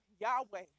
Yahweh